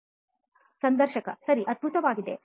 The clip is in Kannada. ಸಂದರ್ಶಕ ಸರಿ ಅದ್ಭುತವಾಗಿದೆ